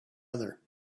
other